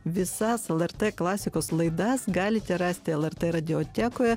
visas lrt klasikos laidas galite rasti lrt radiotekoje